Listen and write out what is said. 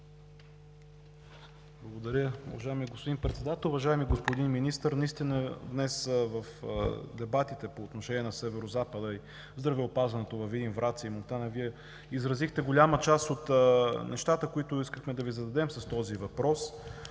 Благодаря, уважаеми господин Председател. Уважаеми господин Министър, днес в дебатите по отношение на Северозапада и здравеопазването във Видин, Враца и Монтана Вие изразихте голяма част от нещата, които искахме да Ви зададем с този въпрос.